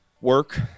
work